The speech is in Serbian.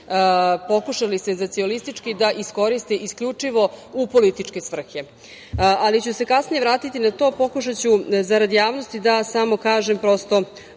pokušali senzacionalistički da iskoriste, isključivo u političke svrhe, ali ću se kasnije vratiti na to. Pokušaću zarad javnosti da samo kažem prosto